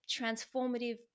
transformative